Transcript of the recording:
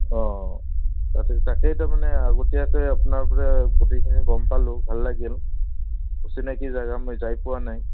অঁ তাকেই তাৰমানে আগতীয়াকৈ আপোনাৰ পৰা গোটেইখিনি গম পালোঁ ভাল লাগিল অচিনাকী জেগা মই যাই পোৱা নাই